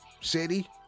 city